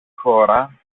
χώρα